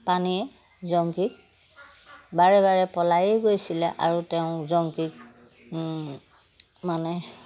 পানেইয়ে জংকীক বাৰে বাৰে পলাইয়েই গৈছিলে আৰু তেওঁ জংকীক মানে